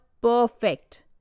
perfect